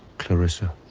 clarissa.